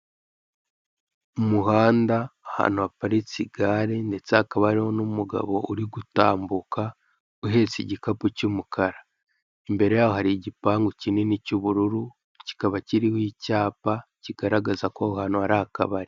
Umuhanda ahantu haparitse igare ndetse hakaba hariho n'umugabo uri gutambuka uhetse igikapu cy'umukara, imbere yaho hari igipangu kinini cy'ubururu kikaba kiriho icyapa kigaragaza ko aho hantu hari akabari.